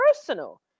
personal